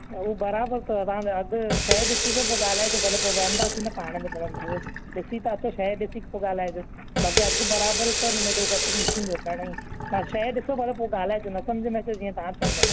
उहो बराबरि अथव तव्हां अॼु शइ ॾिसजो पोइ भले ॻाल्हाइजो भले पोइ वेहंदासीं न पाण में थोरो मतिलबु ॾिसी त अचो शइ ॾिसी पोइ ॻाल्हाइजो बाक़ी अघु बराबरि ई अथव इनमें एॾो घटि न थींदो घणाई तव्हां शइ ॾिसो मतिलबु पोइ ॻाल्हाएजो न सम्झि में अचे जीअं तव्हां चवंदव न